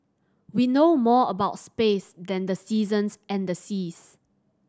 we know more about space than the seasons and the seas